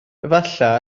efallai